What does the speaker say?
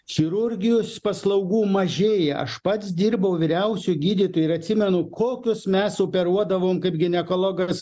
chirurgijos paslaugų mažėja aš pats dirbau vyriausiu gydytoju ir atsimenu kokius mes operuodavom kaip ginekologas